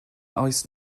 oes